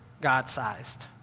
God-sized